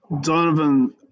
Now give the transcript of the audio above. Donovan